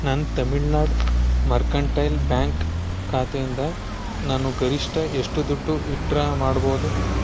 ನನ್ನ Tamil Nadu mercantile bank ಖಾತೆಯಿಂದ ನಾನು ಗರಿಷ್ಠ ಎಷ್ಟು ದುಡ್ಡು ವಿತ್ ಡ್ರಾ ಮಾಡ್ಬೋದು